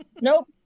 Nope